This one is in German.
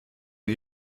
ein